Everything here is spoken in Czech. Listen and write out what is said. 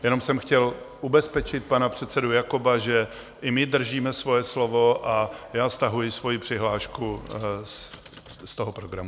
Jenom jsem chtěl ubezpečit pana předsedu Jakoba, že i my držíme svoje slovo, a stahuji svoji přihlášku z toho programu.